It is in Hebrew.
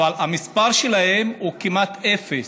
המספר שלהם הוא כמעט אפס.